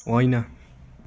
होइन